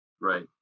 right